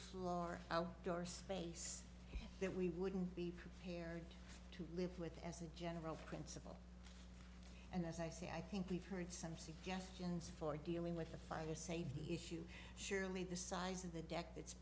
floor door space that we wouldn't be prepared to live with as a general principle and as i say i think we've heard some suggestions for dealing with a fire safety issue surely the size of the deck that's